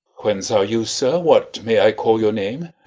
whence are you, sir? what may i call your name?